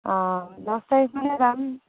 অঁ দহ তাৰিখমানে যাম